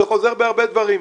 זה חוזר בהרבה דברים.